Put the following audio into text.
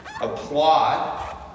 applaud